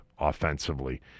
offensively